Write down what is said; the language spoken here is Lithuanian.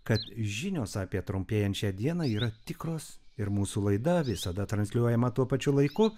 kad žinios apie trumpėjančią dieną yra tikros ir mūsų laida visada transliuojama tuo pačiu laiku